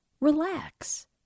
Relax